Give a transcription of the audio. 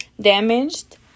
damaged